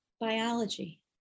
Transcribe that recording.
biology